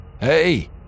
Hey